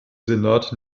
senat